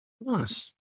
Nice